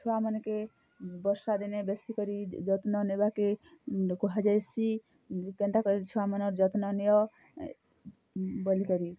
ଛୁଆମାନ୍କେ ବର୍ଷା ଦିନେ ବେଶୀକରି ଯତ୍ନ ନେବାକେ କୁହାଯାଏସି କେନ୍ତା କରି ଛୁଆ ମାନକଁର୍ ଯତ୍ନ ନିଅ ବୋଲି କରି